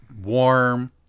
warm